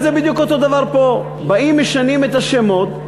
זה בדיוק אותו דבר פה: באים ומשנים את השמות,